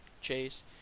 Chase